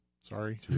sorry